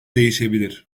değişebilir